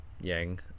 yang